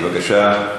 בבקשה.